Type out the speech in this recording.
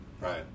Right